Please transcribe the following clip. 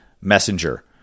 messenger